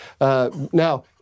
Now